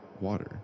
water